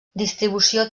distribució